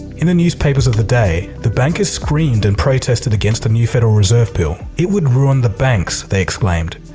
in the newspapers of the day the bankers screamed and protested against the new federal reserve bill. it would ruin the banks! they exclaimed.